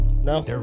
No